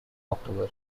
october